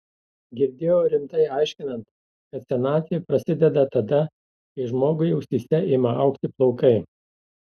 girdėjau rimtai aiškinant kad senatvė prasideda tada kai žmogui ausyse ima augti plaukai